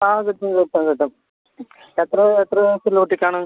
ആ കിട്ടും കിട്ടും കിട്ടും എത്ര എത്ര ദിവസം നോക്കിയിട്ടാണ്